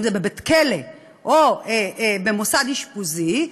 אם בבית-כלא או במוסד אשפוזי,